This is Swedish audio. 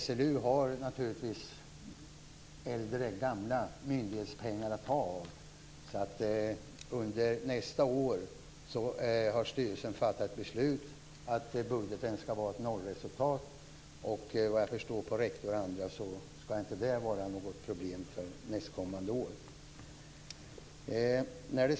SLU har naturligtvis en del gamla myndighetspengar att ta av. Styrelsen har fattat beslut att under nästa år skall budgeten ge ett nollresultat. Vad jag förstår anser rektorn och andra att det inte skall vara något problem för nästkommande år.